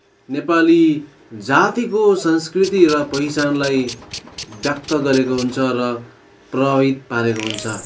नेपाली जातिको संस्कृति र पहिचानलाई व्यक्त गरेको हुन्छ र प्रभावित पारेको हुन्छ